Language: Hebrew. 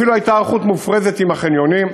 אפילו הייתה היערכות מופרזת עם החניונים,